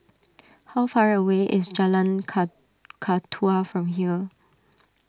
how far away is Jalan Kakatua from here